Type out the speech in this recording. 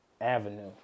avenue